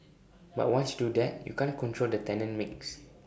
but once do that you can't control the tenant mix